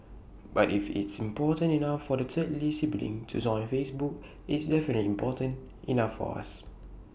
but if it's important enough for the third lee sibling to join Facebook it's definitely important enough for us